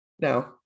No